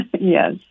Yes